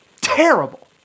terrible